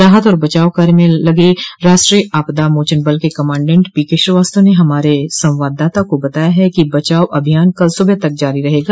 राहत और बचाव कार्य में लगे राश्ट्रीय आपदा मोचन बल के कमांडेंड पीकेश्रीवास्तव ने हमारे संवाददाता को बताया है कि बचाव अभियान कल सुबह तक जारी रहेगा